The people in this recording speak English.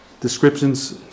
Descriptions